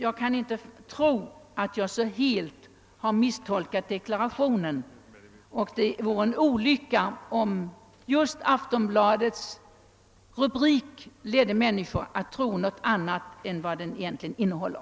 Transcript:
Jag kan icke tro att jag på denna punkt helt kunnat misstolka regeringsdeklarationen, och det vore en olycka om Aftonbladets rubrik skulle förleda människor till att tro att dess innehåll har en annan innebörd än vad som egentligen är fallet.